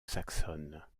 saxonnes